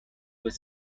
was